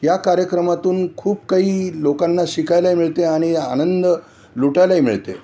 या कार्यक्रमातून खूप काही लोकांना शिकायलाही मिळते आणि आनंद लुटायलाही मिळते